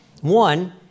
one